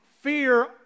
Fear